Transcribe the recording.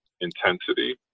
Intensity